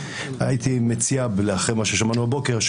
הייתי מציע אחרי מה ששמענו בבוקר,